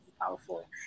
powerful